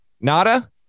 Nada